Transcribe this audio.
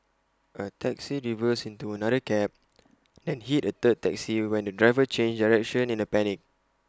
A taxi reversed into another cab then hit A third taxi when the driver changed direction in A panic